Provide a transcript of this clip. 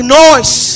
noise